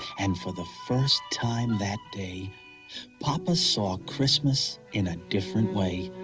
and for the first time that day papa saw christmas in a different way.